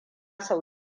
sau